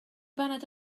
baned